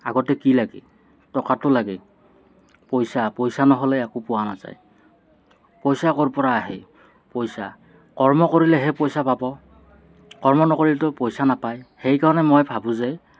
আগতে কি লাগে টকাটো লাগে পইচা পইচা নহ'লে একো পোৱা নাযায় পইচা ক'ৰপৰা আহে পইচা কৰ্ম কৰিলেহে পইচা পাব কৰ্ম নকৰিলেতো পইচা নাপায় সেইকাৰণে মই ভাবোঁ যে